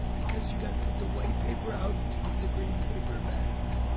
because you gotta put the white paper out to get the green paper back.